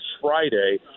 Friday